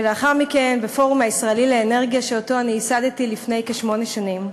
ולאחר מכן בפורום הישראלי לאנרגיה שאותו אני ייסדתי לפני כשמונה שנים.